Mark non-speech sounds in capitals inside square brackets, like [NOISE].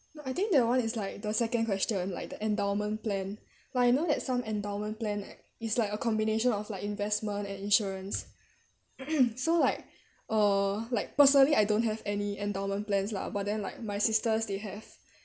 no I think that one is like the second question like the endowment plan like I know that some endowment plan is like a combination of like investment and insurance [COUGHS] so like uh like personally I don't have any endowment plans lah but then like my sisters they have